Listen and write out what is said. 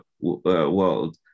world